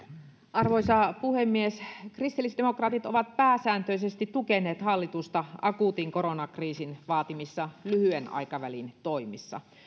arvoisa puhemies kristillisdemokraatit ovat pääsääntöisesti tukeneet hallitusta akuutin koronakriisin vaatimissa lyhyen aikavälin toimissa